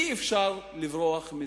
אי-אפשר לברוח מזה.